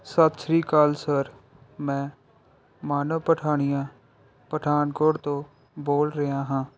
ਸਤਿ ਸ਼੍ਰੀ ਅਕਾਲ ਸਰ ਮੈਂ ਮਾਨਵ ਪਠਾਨੀਆ ਪਠਾਨਕੋਟ ਤੋਂ ਬੋਲ ਰਿਹਾ ਹਾਂ